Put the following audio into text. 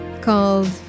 called